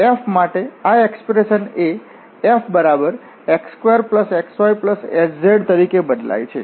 તેથી f માટે આ એક્સપ્રેશન એ fx2xyh રીતે બદલાય છે